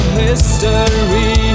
history